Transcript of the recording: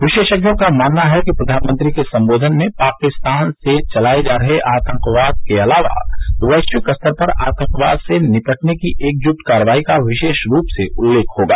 विशेषज्ञों का मानना है कि प्रधानमंत्री के संबोधन में पाकिस्तान से चलाए जा रहे आतंकवाद के अलावा वैश्विक स्तर पर आतंकवाद से निपटने की एकजुट कार्रवाई का विशेष रूप से उल्लेख होगा